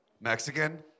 Mexican